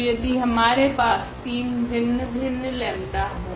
तो यदि हमारे पास 3 भिन्न भिन्न लेम्डा 𝜆 हो